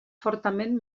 fortament